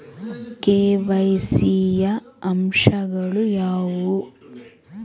KYC ಯ ಅಂಶಗಳು ಯಾವುವು?